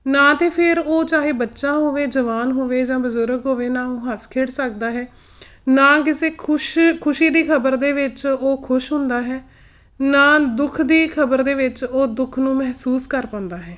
ਨਾ ਤਾਂ ਫਿਰ ਉਹ ਚਾਹੇ ਬੱਚਾ ਹੋਵੇ ਜਵਾਨ ਹੋਵੇ ਜਾਂ ਬਜ਼ੁਰਗ ਹੋਵੇ ਨਾ ਉਹ ਹੱਸ ਖੇਡ ਸਕਦਾ ਹੈ ਨਾ ਕਿਸੇ ਖੁਸ਼ ਖੁਸ਼ੀ ਦੀ ਖ਼ਬਰ ਦੇ ਵਿੱਚ ਉਹ ਖੁਸ਼ ਹੁੰਦਾ ਹੈ ਨਾ ਦੁੱਖ ਦੀ ਖ਼ਬਰ ਦੇ ਵਿੱਚ ਉਹ ਦੁੱਖ ਨੂੰ ਮਹਿਸੂਸ ਕਰ ਪਾਉਂਦਾ ਹੈ